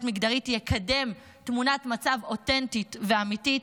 מגדרית תקדם תמונת מצב אותנטית ואמיתית,